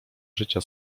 życia